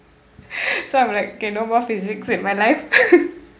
so I'm like okay no more physics in my life